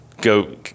go